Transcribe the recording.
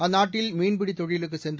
அந்நாட்டில் மீன்பிடித் தொழிலுக்குச் சென்று